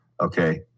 Okay